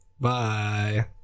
Bye